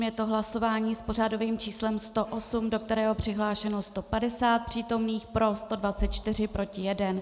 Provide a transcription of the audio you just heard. Je to hlasování s pořadovým číslem 108, do kterého je přihlášeno 150 přítomných, pro 124, proti jeden.